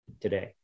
today